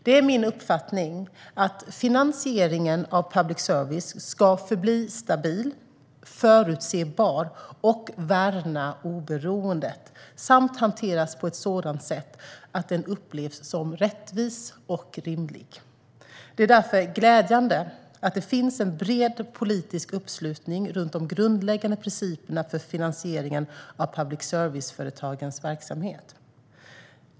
Det är min uppfattning att finansieringen av public service ska förbli stabil, förutsebar och värna oberoendet samt hanteras på ett sådant sätt att den upplevs som rättvis och rimlig. Det är därför glädjande att det finns en bred politisk uppslutning runt de grundläggande principerna för finansieringen av public service-företagens verksamhet.